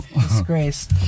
disgrace